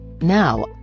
Now